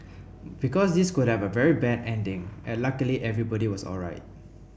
because this could have had a very bad ending and luckily everybody was alright